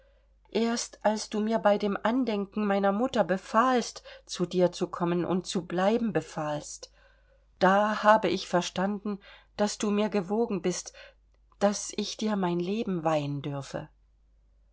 erst als du mir bei dem andenken meiner mutter befahlst zu dir zu kommen und zu bleiben befahlst da habe ich verstanden daß du mir gewogen bist daß ich dir mein leben weihen dürfe